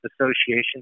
association